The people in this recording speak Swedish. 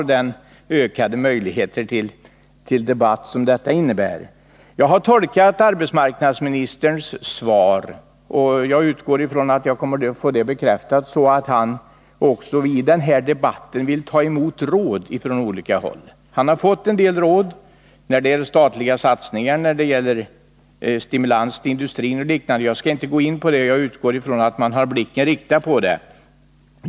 Det innebär ju ökade möjligheter till debatt. Jag har tolkat arbetsmarknadsministerns svar så, att han i denna debatt vill ta emot råd från olika håll. Jag utgår från att jag senare kommer att få detta bekräftat. Han har redan fått en del råd när det gäller statliga satsningar, stimulans av industrin och liknande åtgärder. Jag skall inte gå in på dessa frågor, då jag utgår från att arbetsmarknadsministern har sin blick riktad på dem.